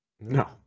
No